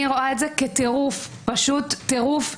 אני רואה את זה כטירוף, פשוט טירוף.